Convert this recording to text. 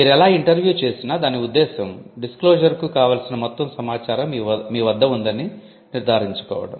మీరెలా ఇంటర్వ్యూ చేసినా దాని ఉద్దేశ్యం డిస్క్లోషర్కు కావలసిన మొత్తం సమాచారం మీ వద్ద ఉందని నిర్ధారించుకోవడం